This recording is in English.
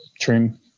trim